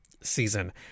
season